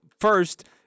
First